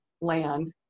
land